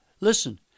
listen